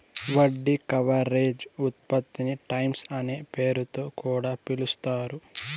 వడ్డీ కవరేజ్ ఉత్పత్తిని టైమ్స్ అనే పేరుతొ కూడా పిలుస్తారు